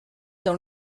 dans